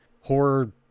horror